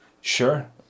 Sure